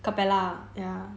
capella ya